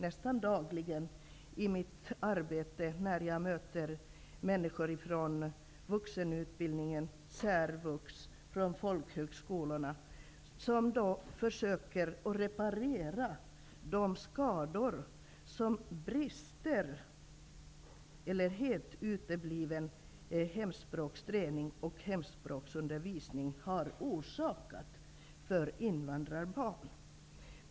Nästan dagligen möter jag i mitt arbete människor från vuxenutbildningen, särvux -- från folkhögskolorna -- som försöker reparera de skador som brister i, eller helt utebliven, hemspråksträning och hemspråksundervisning har orsakat för invandrarbarn.